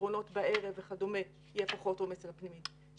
פתרונות בערב וכדומה יהיה פחות עומס על הפנימית.